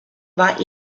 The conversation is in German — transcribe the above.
war